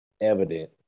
Evident